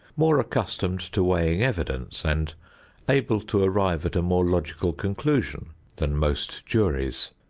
more accustomed to weighing evidence and able to arrive at a more logical conclusion than most juries.